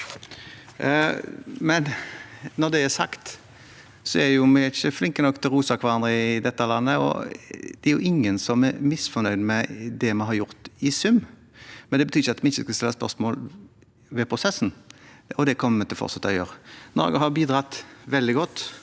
Når det er sagt: Vi er ikke flinke nok til å rose hverandre i dette landet, og det er ingen som er misfornøyd med det vi har gjort i sum, men det betyr ikke at vi ikke skal stille spørsmål ved prosessen, og det kommer vi til å fortsette å gjøre. Norge har bidratt veldig godt